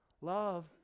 Love